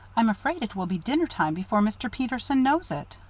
i'm afraid it will be dinner time before mr. peterson knows it.